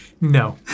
No